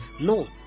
no